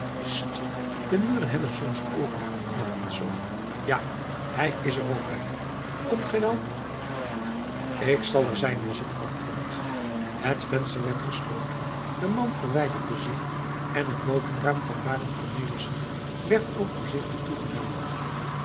de muren hebben soms ooren martensz ja hij is er ook bij komt gij dan ik zal er zijn was het antwoord het venster werd gesloten de man verwijderde zich en het bovenraam van barend cornelissen werd ook voorzichtig toegedaan